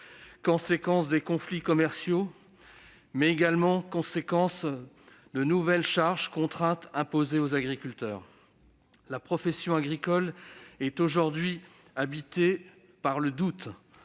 répétés, conflits commerciaux, mais également nouvelles charges et contraintes imposées aux agriculteurs. La profession agricole est aujourd'hui habitée par le doute